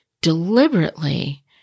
deliberately